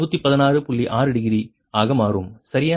6 degree ஆக மாறும் சரியா